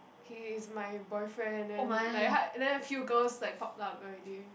he is my boyfriend and like ha~ then a few girls like pop up already